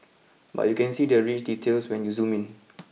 but you can see the rich details when you zoom in